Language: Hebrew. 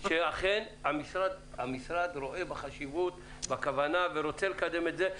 שאכן המשרד רואה חשיבות ורוצה לקדם את זה.